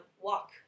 walk